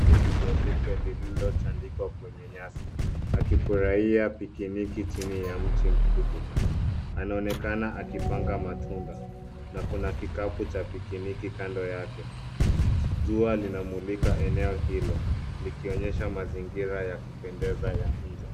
Sketi jeupe lililotandikwa kwenye nyasi, akifurahia picnic chini ya mti mkubwa. Anaonekana akipanga matunda na kuna kikapu cha picnic kando yake. Jua linamulika eneo hilo, likionyesha mazingira ya kupendeza ya nje.